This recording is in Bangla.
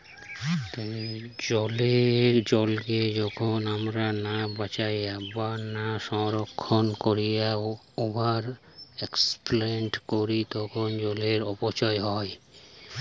জলকে যখন আমরা না বাঁচাইয়া বা না সংরক্ষণ কোরিয়া ওভার এক্সপ্লইট করি তখন জলের অপচয় হয়